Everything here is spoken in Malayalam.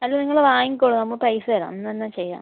അല്ല നിങ്ങൾ വാങ്ങിക്കോളൂ നമ്മൾ പൈസ തരാം ഇന്നുതന്നെ ചെയ്യാം